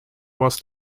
was